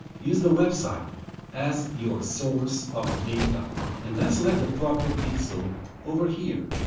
use the website as your source of data and then select the proper pixel over here.